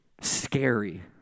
scary